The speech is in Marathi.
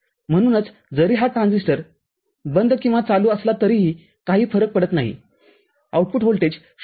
म्हणूनच जरी हा ट्रान्झिस्टर बंद किंवा चालू असला तरीही काही फरक पडत नाही आउटपुट व्होल्टेज 0